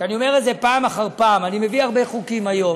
ואני אומר את זה פעם אחר פעם: אני מביא הרבה חוקים היום,